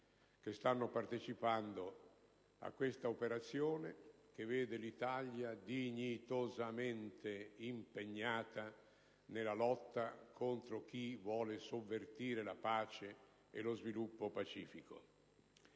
che stanno partecipando a questa operazione che vede l'Italia dignitosamente impegnata nella lotta contro chi vuole sovvertire la pace e lo sviluppo pacifico.